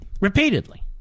Repeatedly